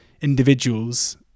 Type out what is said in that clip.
individuals